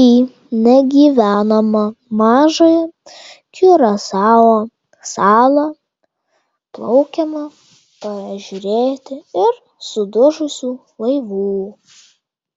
į negyvenamą mažąją kiurasao salą plaukiama pažiūrėti ir sudužusių laivų